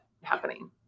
happening